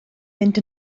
mynd